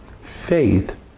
Faith